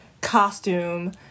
costume